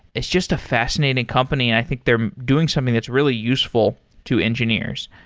it's just a fascinating company and i think they're doing something that's really useful to engineers.